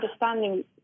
understanding